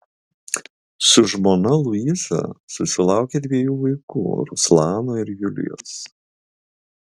su žmona liuiza susilaukė dviejų vaikų ruslano ir julijos